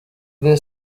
bwe